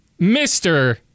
Mr